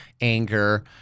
anger